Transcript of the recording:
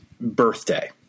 birthday